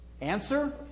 Answer